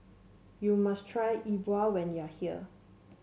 you must try E Bua when you are here